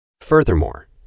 Furthermore